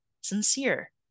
sincere